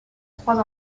trois